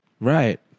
Right